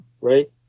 right